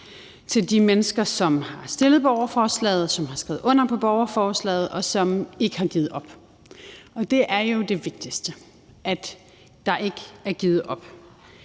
til de mennesker, som har stillet borgerforslaget, og som har skrevet under på borgerforslaget, og som ikke har givet op, og det er jo det vigtigste, altså at der ikke er givet op.